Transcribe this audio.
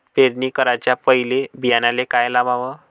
पेरणी कराच्या पयले बियान्याले का लावाव?